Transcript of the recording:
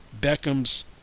Beckham's